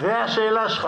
מה השאלה שלך.